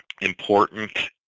important